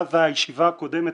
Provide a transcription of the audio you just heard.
הישיבה הקודמת,